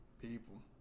people